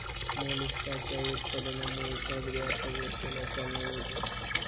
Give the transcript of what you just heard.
मोलस्काच्या उत्पादनामुळे सागरी अर्थव्यवस्थेला चालना मिळते